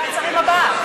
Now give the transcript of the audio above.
אז בישיבת השרים הבאה.